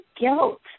guilt